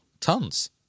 Tons